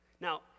Now